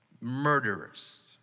Murderers